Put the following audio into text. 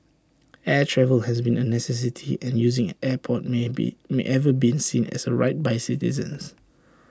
air travel has been A necessity and using an airport may be may ever be seen as A right by citizens